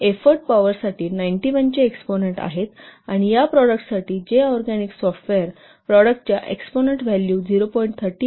effort पॉवरसाठी 91 चे exponent आहेत आणि या प्रॉडक्टसाठी जे ऑरगॅनिक सॉफ्टवेअर प्रॉडक्टच्या एक्सपोनेंट व्हॅल्यू 0